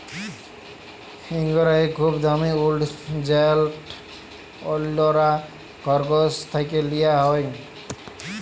ইঙ্গরা ইক খুব দামি উল যেট অল্যরা খরগোশ থ্যাকে লিয়া হ্যয়